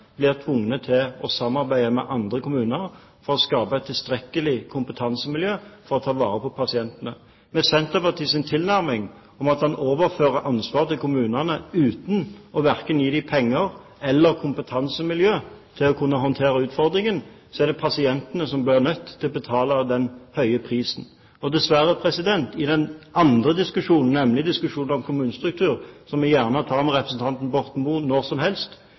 blir tvunget til å samarbeide med andre kommuner for å skape et tilstrekkelig kompetansemiljø for å kunne ta vare på pasientene. Med Senterpartiets tilnærming, å overføre ansvaret til kommunene uten å gi dem verken penger eller kompetansemiljø for å kunne håndtere utfordringen, er det pasientene som blir nødt til å betale den høye prisen. Og dessverre, når det gjelder den andre diskusjonen, nemlig diskusjonen om kommunestruktur – som vi gjerne tar med representanten Borten Moe når som helst